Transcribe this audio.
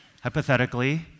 hypothetically